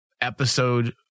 episode